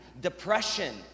depression